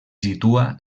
situa